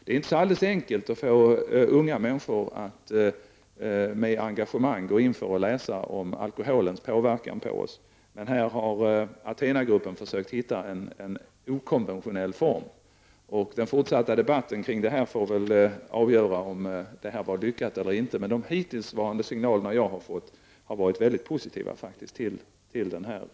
Det är inte alldeles enkelt att få unga människor att med engagemang gå in för att läsa om alkoholens inverkan. Men här har Athenagruppen försökt att hitta en okonventionell form. Den fortsatta debatten får väl avgöra om detta var lyckat eller inte, men de signaler som jag hittills har fått när det gäller den här boken har varit mycket positiva.